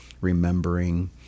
remembering